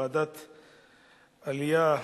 ועדת העלייה,